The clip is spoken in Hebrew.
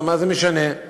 מה זה משנה?